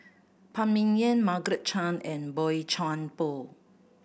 Phan Ming Yen Margaret Chan and Boey Chuan Poh